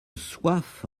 soif